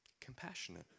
compassionate